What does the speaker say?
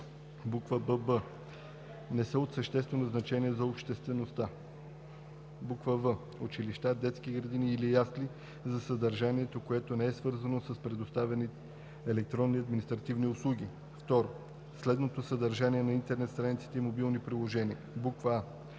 тях; бб) не са от съществено значение за обществеността; в) училища, детски градини или ясли, за съдържанието, което не е свързано с предоставяни електронни административни услуги; 2. следното съдържание на интернет страниците и мобилните приложения: а)